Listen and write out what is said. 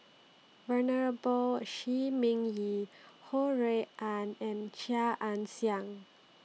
Venerable Shi Ming Yi Ho Rui An and Chia Ann Siang